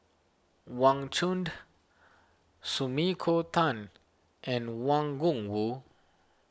Wang Chunde Sumiko Tan and Wang Gungwu